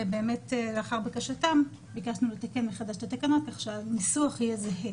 ובאמת לאחר בקשתם ביקשנו לתקן מחדש את התקנות כך הניסוח יהיה זהה.